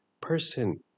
person